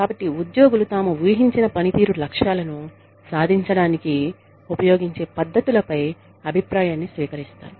కాబట్టి ఉద్యోగులు తాము ఊహించిన పనితీరు లక్ష్యాలను సాధించడానికి ఉపయోగించే పద్ధతులపై అభిప్రాయాన్ని స్వీకరిస్తారు